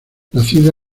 nacida